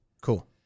Cool